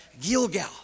Gilgal